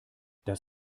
das